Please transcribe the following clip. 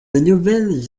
nouvelles